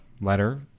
letter